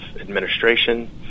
administration